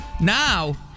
Now